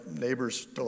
neighbor's